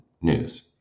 news